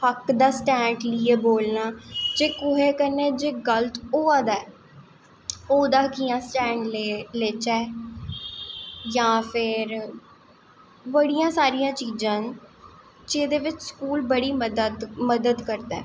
हक दा स्टैंड़ लेईयै बोलनां जे कुसै कन्नै जे गल्त होआ दा ऐ ओह्दा कियां स्टैंड़ लैच्चै जां फिर बड़ियां सारियां चीज़ां न जेह्दे बिच्च स्कूल बड़ी मदद करदा ऐ